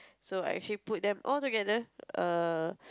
so I actually put them all together err